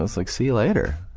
like see later,